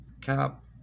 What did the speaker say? cap